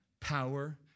power